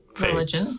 religion